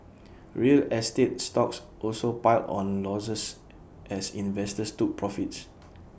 real estate stocks also piled on losses as investors took profits